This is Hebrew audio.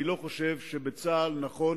אני לא חושב שנכון